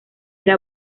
era